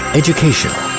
educational